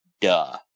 duh